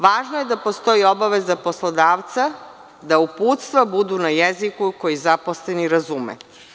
Važno je da postoji obaveza poslodavca da uputstva budu na jeziku koji zaposleni razume.